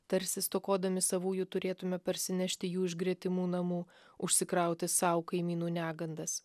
tarsi stokodami savųjų turėtume parsinešti jų iš gretimų namų užsikrauti sau kaimynų negandas